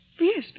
Yes